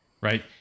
right